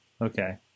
Okay